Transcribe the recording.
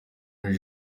henry